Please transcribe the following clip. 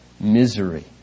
misery